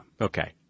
Okay